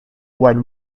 when